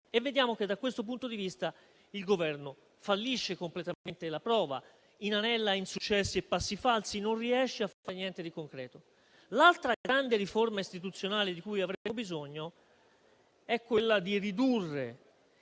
vediamo che, da questo punto di vista, il Governo fallisce completamente la prova: inanella insuccessi e passi falsi e non riesce a fare niente di concreto. L'altra grande riforma istituzionale della quale avremmo bisogno è quella di ridurre